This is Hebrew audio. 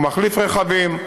שמחליף רכבים,